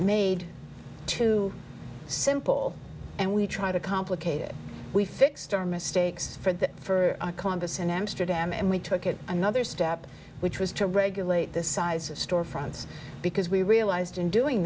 made too simple and we try to complicate it we fixed our mistakes for that for a compas in amsterdam and we took it another step which was to regulate the size of storefronts because we realized in doing